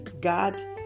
God